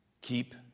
Keep